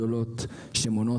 בסדר שמקובל.